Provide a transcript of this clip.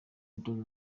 umutoza